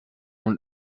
und